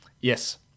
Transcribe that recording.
Yes